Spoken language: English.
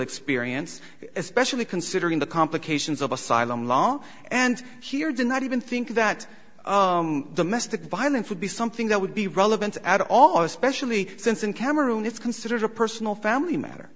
experience especially considering the complications of asylum law and here do not even think that the mystic violence would be something that would be relevant at all especially since in cameroon it's considered a personal family matter